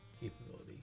capability